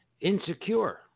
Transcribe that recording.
insecure